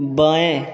बाएँ